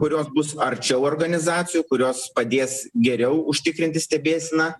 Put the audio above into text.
kurios bus arčiau organizacijų kurios padės geriau užtikrinti stebėseną